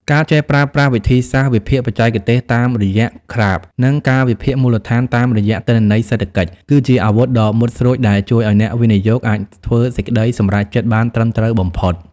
ការចេះប្រើប្រាស់វិធីសាស្ត្រវិភាគបច្ចេកទេសតាមរយៈក្រាហ្វ និងការវិភាគមូលដ្ឋានតាមរយៈទិន្នន័យសេដ្ឋកិច្ច គឺជាអាវុធដ៏មុតស្រួចដែលជួយឱ្យអ្នកវិនិយោគអាចធ្វើសេចក្ដីសម្រេចចិត្តបានត្រឹមត្រូវបំផុត។